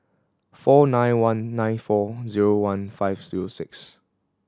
four nine one nine four zero one five zero six